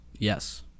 Yes